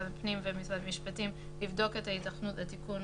הפנים וממשרד המשפטים לבדוק את ההיתכנות לתיקון